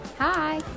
hi